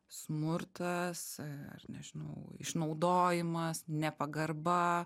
smurtas ar nežinau išnaudojimas nepagarba